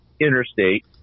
interstate